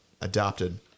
adopted